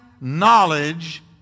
knowledge